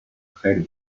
craie